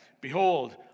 Behold